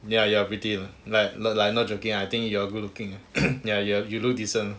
ya you are pretty like I'm not joking I think you are good looking ya you look decent